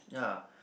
ya